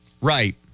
Right